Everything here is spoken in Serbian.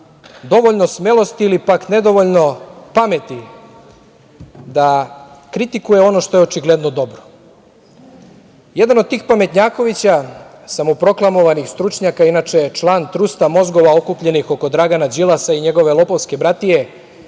dovoljno smelosti ili pak nedovoljno pameti da kritikuje ono što je očigledno dobro. Jedan od tih pametnjakovića, samoproklamovanih stručnjaka, inače član trusta mozgova okupljenih oko Dragana Đilasa i njegove lopovske bratije,